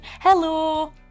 Hello